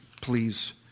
Please